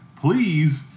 please